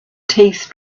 teeth